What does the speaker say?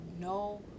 No